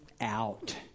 out